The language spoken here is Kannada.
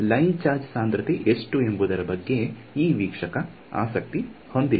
ಲೈನ್ ಚಾರ್ಜ್ ಸಾಂದ್ರತೆ ಎಷ್ಟು ಎಂಬುದರ ಬಗ್ಗೆ ಈ ವಿಕ್ಷಕ ಆಸಕ್ತಿ ಹೊಂದಿಲ್ಲ